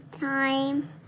time